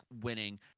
winning